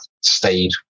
stayed